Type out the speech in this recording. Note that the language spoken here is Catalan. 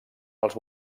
els